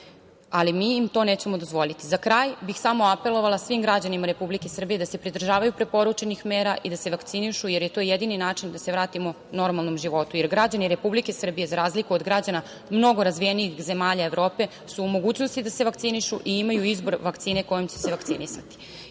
ali mi im to nećemo dozvoliti.Za kraj bih samo apelovala svim građanima Republike Srbije da se pridržavaju preporučenih mera i da se vakcinišu, jer je to jedini način da se vratimo normalnom životu, jer građani Republike Srbije za razliku od građana mnogo razvijenijih zemalja Evrope su u mogućnosti da se vakcinišu i imaju izbor vakcine kojom će se vakcinisati. Ja